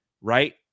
right